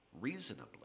reasonably